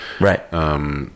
right